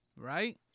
right